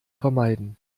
vermeiden